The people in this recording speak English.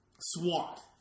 Swat